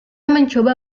mencoba